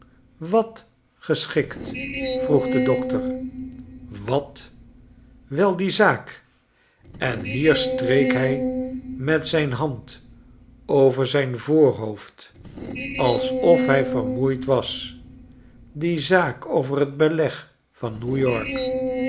wat geschikt vroeg de dokter wat wei die zaak en hier streek hij met zijn hand over zijn voorhoofd alsof hij vermoeid was die zaak over t beleg van new-york